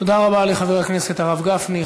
תודה רבה לחבר הכנסת הרב גפני.